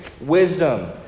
Wisdom